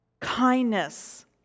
Kindness